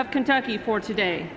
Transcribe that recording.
of kentucky for today